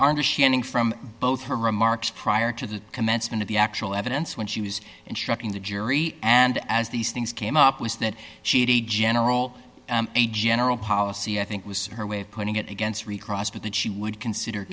understanding from both her remarks prior to the commencement of the actual evidence when she was instructing the jury and as these things came up was that she had a general a general policy i think was her way of putting it against recross but that she would consider